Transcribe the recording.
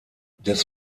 des